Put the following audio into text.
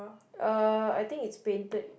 uh I think it's painted